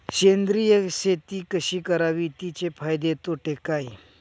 सेंद्रिय शेती कशी करावी? तिचे फायदे तोटे काय?